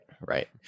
right